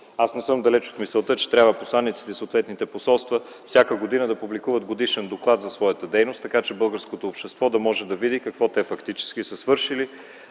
Не съм далеч от мисълта, че посланиците в съответните посолства трябва всяка година да публикуват годишен доклад за своята дейност, така че българското общество да може да види какво фактически те са свършили,